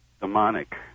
demonic